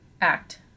act